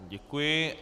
Děkuji.